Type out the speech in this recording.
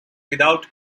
without